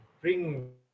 bring